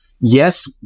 yes